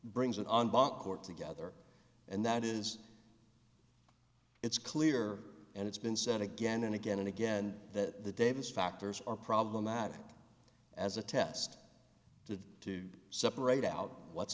brings it on backcourt together and that is it's clear and it's been said again and again and again that the davis factors are problematic as a test to separate out what's